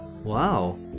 Wow